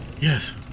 Yes